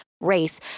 race